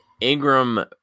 Ingram